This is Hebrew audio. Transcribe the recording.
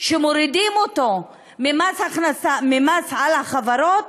שמורידים ממס החברות